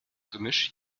gemisch